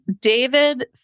David